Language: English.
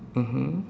mmhmm